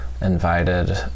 invited